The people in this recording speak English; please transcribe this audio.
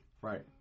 Right